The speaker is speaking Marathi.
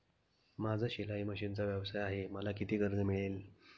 माझा शिलाई मशिनचा व्यवसाय आहे मला किती कर्ज मिळेल?